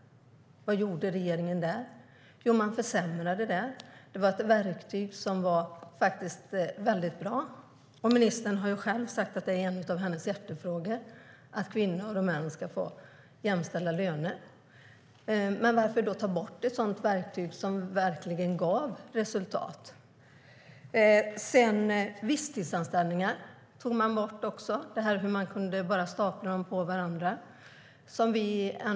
Vad gjorde regeringen där? Jo, man försämrade. Det var ett bra verktyg. Ministern har själv sagt att jämställda löner för kvinnor och män är en av hennes hjärtefrågor. Men varför ta bort ett verktyg som verkligen gav resultat? Sedan var det frågan om visstidsanställningar, som kunde staplas på varandra.